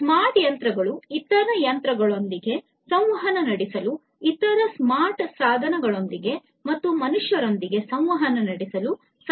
smart ಯಂತ್ರಗಳು ಇತರ ಯಂತ್ರಗಳೊಂದಿಗೆ ಸಂವಹನ ನಡೆಸಲು ಇತರ ಸ್ಮಾರ್ಟ್ ಸಾಧನಗಳೊಂದಿಗೆ ಮತ್ತು ಮನುಷ್ಯರೊಂದಿಗೆ ಸಂವಹನ ನಡೆಸಲು ಸಹಾಯ ಮಾಡುತ್ತದೆ